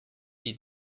die